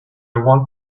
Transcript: want